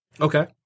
Okay